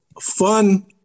fun